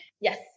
Yes